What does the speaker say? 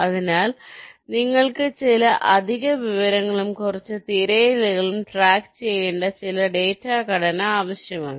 അതിനാൽ നിങ്ങൾക്ക് ചില അധിക വിവരങ്ങളും കുറച്ച് തിരയലുകളും ട്രാക്ക് ചെയ്യേണ്ട ചില ഡാറ്റാ ഘടന ആവശ്യമാണ്